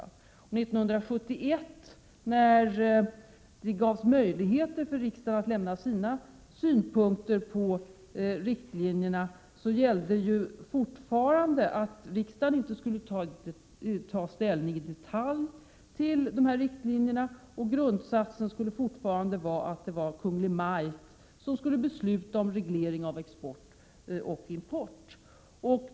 År 1971, när riksdagen gavs möjlighet att lämna sina synpunkter på riktlinjerna, gällde fortfarande att riksdagen inte i detalj skulle ta ställning till riktlinjerna, utan grundsatsen skulle fortfarande vara att Kungl. Maj:t skulle besluta om regleringen av export och import.